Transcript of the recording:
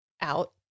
out